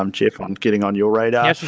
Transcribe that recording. um jeff, on getting on your radar.